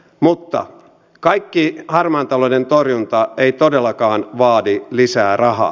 mutta kaikki harmaan talouden torjunta ei todellakaan vaadi lisää rahaa